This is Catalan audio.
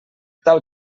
tal